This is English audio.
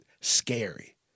scary